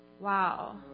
Wow